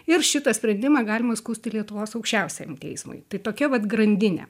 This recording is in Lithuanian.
ir šitą sprendimą galima skųsti lietuvos aukščiausiajam teismui tai tokia vat grandinė